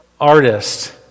artist